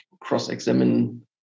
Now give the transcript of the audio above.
cross-examine